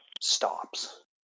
stops